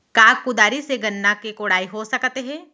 का कुदारी से गन्ना के कोड़ाई हो सकत हे?